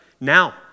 now